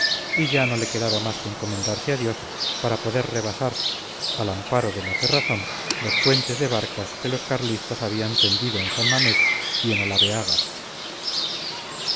y ya no le quedaba más que encomendarse a dios para poder rebasar al amparo de la cerrazón los puentes de barcas que los carlistas habían tendido en san mamés y en